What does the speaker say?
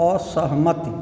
असहमति